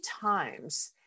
times